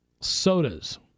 sodas